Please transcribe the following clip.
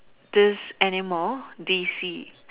this animal DC